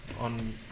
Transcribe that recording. on